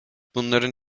bunların